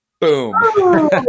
Boom